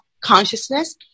consciousness